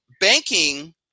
banking